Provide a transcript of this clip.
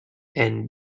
and